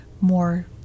more